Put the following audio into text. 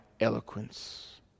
eloquence